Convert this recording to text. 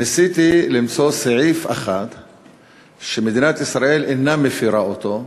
ניסיתי למצוא סעיף אחד שמדינת ישראל אינה מפרה אותו,